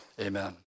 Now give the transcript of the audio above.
amen